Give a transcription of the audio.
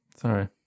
sorry